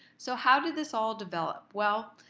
so how did this all develop? well,